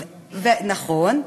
נכון.